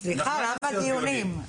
סליחה, למה דיונים?